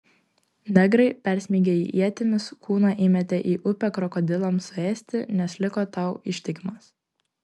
negrai persmeigę jį ietimis kūną įmetė į upę krokodilams suėsti nes liko tau ištikimas